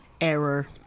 error